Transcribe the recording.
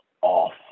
off